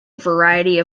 variety